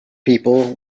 people